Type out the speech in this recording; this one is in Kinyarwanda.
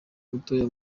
mutoya